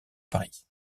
paris